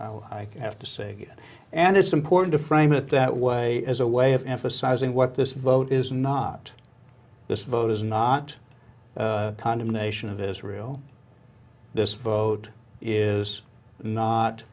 i have to say and it's important to frame it that way as a way of emphasizing what this vote is not this vote is not a condemnation of israel this vote is not